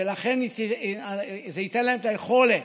ולכן זה ייתן לה את היכולת,